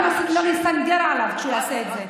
ואנחנו גם לא נסנגר עליו כשהוא יעשה את זה.